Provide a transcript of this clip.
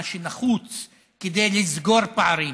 מה שנחוץ כדי לסגור פערים.